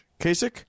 Kasich